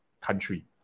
country